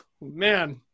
man